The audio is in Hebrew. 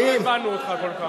לא הבנו אותך כל כך.